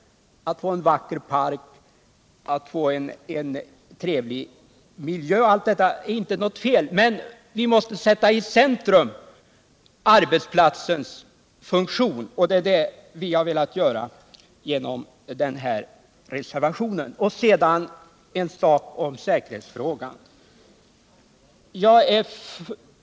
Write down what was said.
att få en vacker park, att få en trevlig miljö. Allt detta är inte något fel, men vi måste sätta arbetsplatsens funktion i centrum, och det har vi velat göra genom reservationen. Sedan en sak om säkerhetsfrågan.